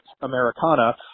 Americana